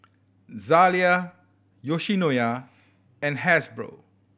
Zalia Yoshinoya and Hasbro